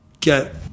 get